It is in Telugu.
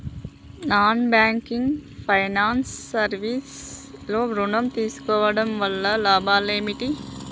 నాన్ బ్యాంకింగ్ ఫైనాన్స్ సర్వీస్ లో ఋణం తీసుకోవడం వల్ల లాభాలు ఏమిటి?